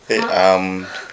eh um